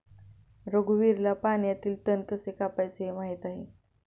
रघुवीरला पाण्यातील तण कसे कापायचे हे माहित आहे